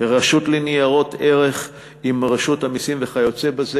ורשות לניירות ערך עם רשות המסים וכיוצא בזה.